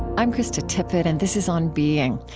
i'm krista tippett, and this is on being.